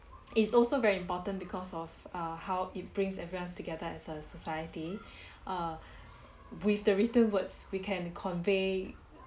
it's also very important because of uh how it brings everyone together as a society err with the written words we can convey